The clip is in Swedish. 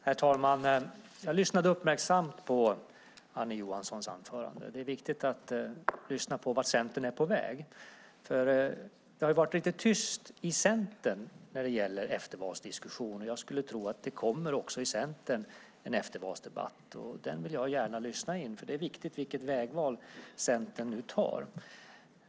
Herr talman! Jag lyssnade uppmärksamt på Annie Johanssons anförande. Det är viktigt att veta vart Centern är på väg. Det har ju varit lite tyst i partiet vad gäller eftervalsdiskussionerna. Jag skulle tro att det även i Centern kommer en eftervalsdebatt, och den vill jag gärna lyssna in. Det är viktigt vilket vägval Centern nu gör.